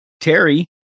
Terry